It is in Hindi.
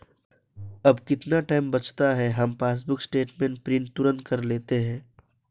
अब कितना टाइम बचता है, हम पासबुक स्टेटमेंट प्रिंट तुरंत कर लेते हैं